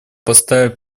поставить